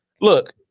look